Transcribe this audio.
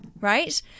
right